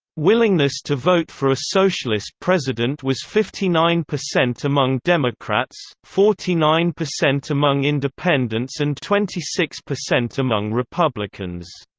willingness to vote for a socialist president was fifty nine percent among democrats, forty nine percent among independents and twenty six percent among republicans.